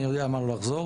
אני יודע מה לא לחזור,